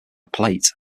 plate